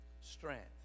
strength